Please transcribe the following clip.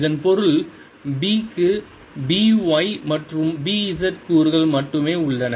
இதன் பொருள் B க்கு B y மற்றும் B z கூறுகள் மட்டுமே உள்ளன